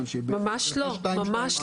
ממש לא.